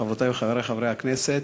חברותי וחברי חברי הכנסת,